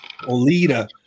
Olita